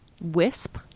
Wisp